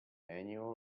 annual